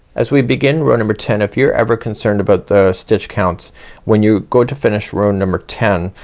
as we begin row number ten if you're ever concerned about the stitch counts when you go to finish row number ten,